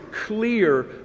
clear